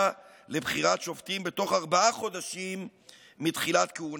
לבחירת שופטים בתוך ארבעה חודשים מתחילת כהונתה,